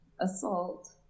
assault